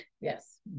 yes